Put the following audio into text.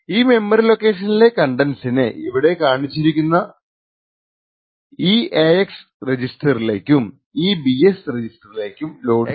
ഈ മെമ്മറി ലൊക്കേഷനിലെ കണ്ടന്റ്സിനെ ഇവിടെ കാണിച്ചിരിക്കുന്ന eax റെജിസ്റ്ററിലേക്കും ebx റെജിസ്റ്ററിലേക്കും ലോഡ് ചെയ്യുന്നു